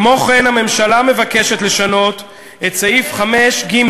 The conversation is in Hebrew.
כמו כן, הממשלה מבקשת לשנות את סעיף 5(ג)